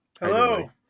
Hello